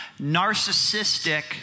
narcissistic